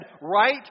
right